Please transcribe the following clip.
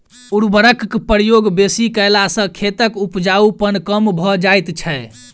उर्वरकक प्रयोग बेसी कयला सॅ खेतक उपजाउपन कम भ जाइत छै